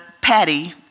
Patty